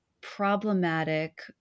problematic